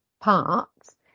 parts